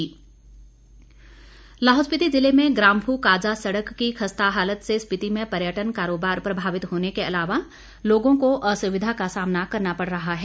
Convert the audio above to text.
सड़क मार्ग लाहौल स्पीति जिले में ग्राम्फू काजा सड़क की खस्ता हालत से स्पीति में पर्यटन कारोबार प्रभावित होने के अलावा लोगों को असुविधा का सामना करना पड़ रहा है